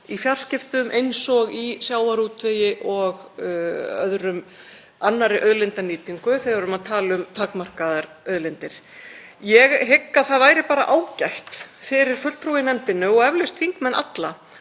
í fjarskiptum eins og í sjávarútvegi og annarri auðlindanýtingu þegar við erum að tala um takmarkaðar auðlindir. Ég hygg að það væri bara ágætt fyrir fulltrúa í nefndinni og eflaust þingmenn alla